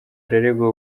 araregwa